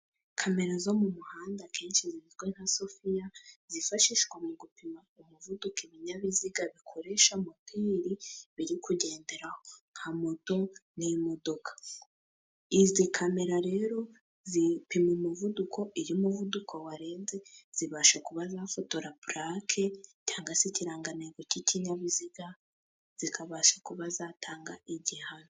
Kamera zo mu muhanda kenshi zitwa nka sofiya zifashishwa mu gupima umuvuduko ibinyabiziga bikoresha moteri biri kugenderaho nka moto n'imodoka. Izi kamera rero zipima umuvuduko iyo muvuduko warenze zibasha kuba zafotora purake cyangwa se ikirangantego cy'ikinyabiziga zikabasha kuba zatanga igihano.